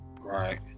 right